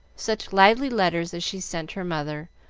such lively letters as she sent her mother,